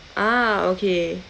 ah okay